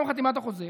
מיום חתימת החוזה,